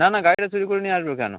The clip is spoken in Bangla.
না না গাড়িটা চুরি করে নিয়ে আসবে কেন